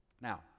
Now